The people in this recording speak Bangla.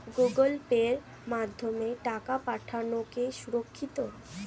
গুগোল পের মাধ্যমে টাকা পাঠানোকে সুরক্ষিত?